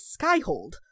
Skyhold